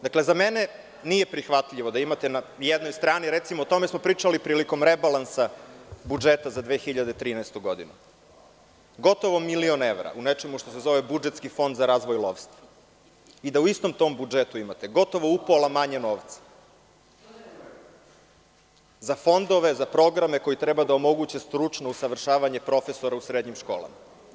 Dakle, za mene nije prihvatljivo da imate na jednoj strani, recimo, o tome smo pričali prilikom rebalansa budžeta za 2013. godinu, gotovo milion evra u nečemu što se zove budžetski fond za razvoj lovstva i da u istom tom budžetu imate gotovo upola manje novca za fondove, za programe koji treba da omoguće stručno usavršavanje profesora u srednjim školama.